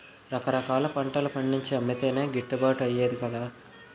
రకరకాల పంటలు పండించి అమ్మితేనే గిట్టుబాటు అయ్యేది కదా